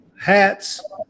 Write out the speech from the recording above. hats